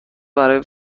برای